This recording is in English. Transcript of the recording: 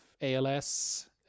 ALS